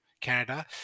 Canada